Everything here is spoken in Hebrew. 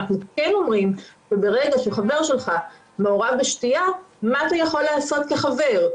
אנחנו כן אומרים שברגע שחבר שלך מעורב בשתייה מה אתה יכול לעשות כחבר,